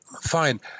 Fine